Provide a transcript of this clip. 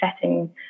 setting